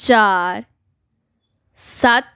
ਚਾਰ ਸੱਤ